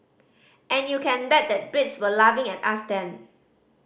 and you can bet that Brits were laughing at us then